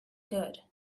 good